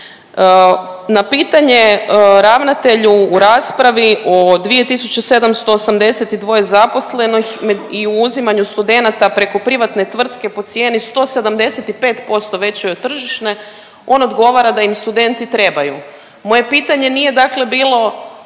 Na pitanje ravnatelju u raspravi o 2782 zaposlenih i o uzimanju studenata preko privatne tvrtke po cijeni 175% većoj od tržišne on odgovara da im studenti trebaju. Moje pitanje nije dakle bilo